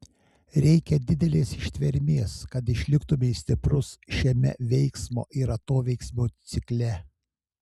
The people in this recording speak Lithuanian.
reikia didelės ištvermės kad išliktumei stiprus šiame veiksmo ir atoveiksmio cikle